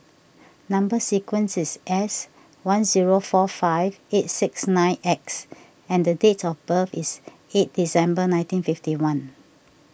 Number Sequence is S one zero four five eight six nine X and date of birth is eight December nineteen fifty one